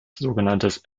sogenanntes